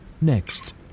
Next